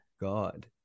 God